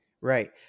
Right